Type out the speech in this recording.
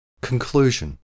Conclusion